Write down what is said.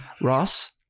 Ross